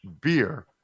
Beer